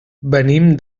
venim